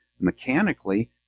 mechanically